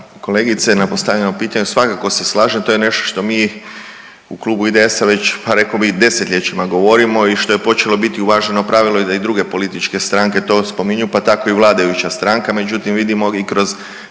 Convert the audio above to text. kolegice na postavljenom pitanju. Svakako se slažem, to je nešto što mi u klubu IDS-a već pa rekao bi i desetljećima govorimo i što je počelo biti uvaženo pravilo da i druge političke stranke to spominju, pa tako i vladajuća stranka. Međutim, vidimo i kroz